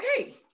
okay